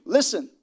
listen